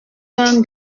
main